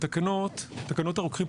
בתקנות הרוקחים,